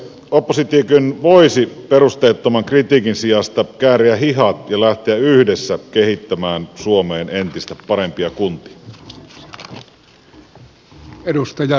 oppositiokin voisi perusteettoman kritiikin sijasta kääriä hihat ja lähteä yhdessä kehittämään suomeen entistä parempia kuntia